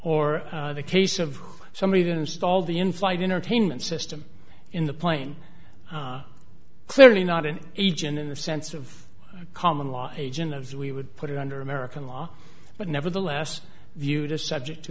or the case of somebody that installed the in flight entertainment system in the plane clearly not an agent in the sense of common law agent as we would put it under american law but nevertheless viewed as subject to